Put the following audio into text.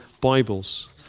Bibles